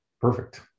Perfect